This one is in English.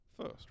first